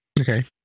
Okay